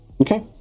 Okay